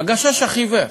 "הגשש החיוור",